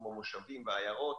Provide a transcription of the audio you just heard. כמו יישובים ועיירות,